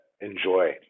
enjoy